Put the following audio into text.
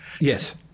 Yes